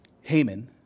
Haman